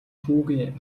хүүгээ